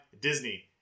Disney